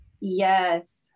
Yes